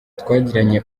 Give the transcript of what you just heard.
twagiranye